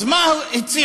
אז מה הציעו